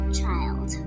child